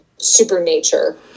Supernature